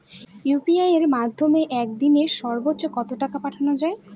UPI এর মাধ্যমে এক দিনে সর্বচ্চ কত টাকা পাঠানো যায়?